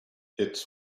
its